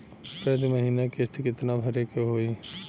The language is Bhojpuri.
प्रति महीना किस्त कितना भरे के होई?